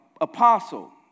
apostle